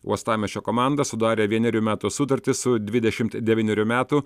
uostamiesčio komanda sudarė vienerių metų sutartį su dvidešim devynerių metų